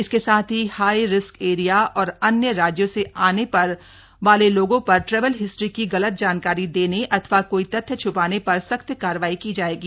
इसके साथ ही हाई रिस्क ऐरिया और अन्य राज्यों से आने पर वाले लोगों पर ट्रेवल हिस्ट्री की गलत जानकारी देने अथवा कोई तथ्य छुपाने पर सख्त कार्यवाही की जाएगी